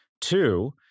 Two